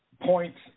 points